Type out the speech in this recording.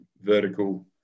vertical